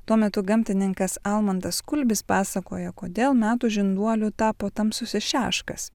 tuo metu gamtininkas almantas kulbis pasakoja kodėl metų žinduoliu tapo tamsusis šeškas